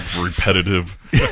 repetitive